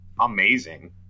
amazing